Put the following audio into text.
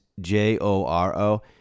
J-O-R-O